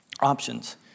options